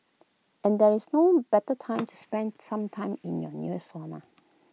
and there is no better time to spend some time in your nearest sauna